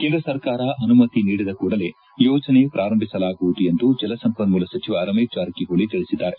ಕೇಂದ್ರ ಸರ್ಕಾರ ಅನುಮತಿ ನೀಡಿದ ಕೂಡಲೇ ಯೋಜನೆ ಪ್ರಾರಂಭಿಸಲಾಗುವುದು ಎಂದು ಜಲಸಂಪನ್ನೂಲ ಸಚಿವ ರಮೇಶ್ ಜಾರಕಿಹೊಳಿ ತಿಳಿಸಿದ್ದಾರೆ